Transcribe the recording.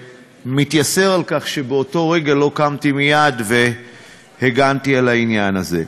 ומתייסר על כך שבאותו רגע לא קמתי מייד והגנתי על העניין הזה.